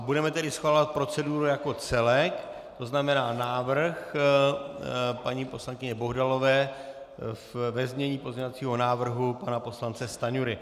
Budeme tedy schvalovat proceduru jako celek, to znamená návrh paní poslankyně Bohdalové ve znění pozměňovacího návrhu pana poslance Stanjury.